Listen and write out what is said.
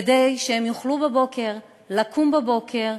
כדי שהם יוכלו לקום בבוקר,